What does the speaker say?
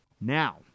Now